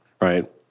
Right